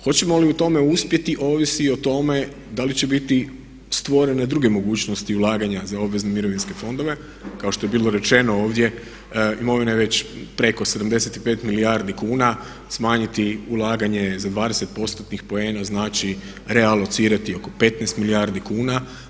Hoćemo li u tome uspjeti ovisi i o tome da li će biti stvorene druge mogućnosti ulaganja za obvezne mirovinske fondove kao što je bilo rečeno ovdje, imovina je već preko 75 milijardi kuna, smanjiti ulaganje za 20%-tnih poena znači realocirati oko 15 milijardi kuna.